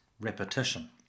repetition